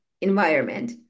environment